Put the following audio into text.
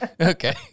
Okay